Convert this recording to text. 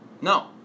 No